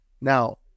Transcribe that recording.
Now